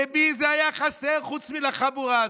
למי זה היה חסר חוץ מלחבורה הזאת?